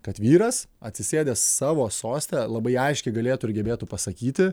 kad vyras atsisėdęs savo soste labai aiškiai galėtų ir gebėtų pasakyti